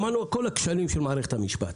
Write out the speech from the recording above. שמענו על כל הכשלים של מערכת המשפט.